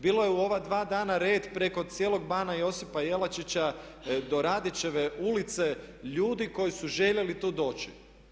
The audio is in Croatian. Bilo je u ova dva dana red preko cijelog bana Josipa Jelačića do Radićeve ulice ljudi koji su željeli tu doći.